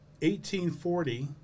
1840